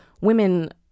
women